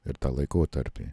ir tą laikotarpį